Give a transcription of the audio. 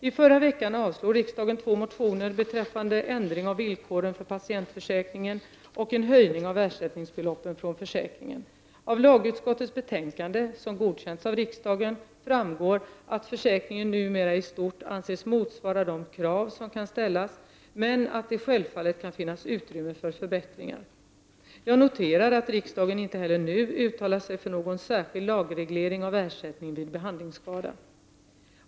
I förra veckan avslog riksdagen två motioner beträffande ändring av villkoren för patientförsäkringen och en höjning av ersättningsbeloppen från försäkringen. Av lagutskottets betänkande, som godkänts av riksdagen, framgår att försäkringen numera i stort anses motsvara de krav som kan ställas, men att det självfallet kan finnas utrymme för förbättringar . Jag noterar att riksdagen inte heller nu uttalat sig för någon särskild lagreglering av ersättningen vid behandlingsskada.